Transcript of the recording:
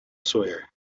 sawyer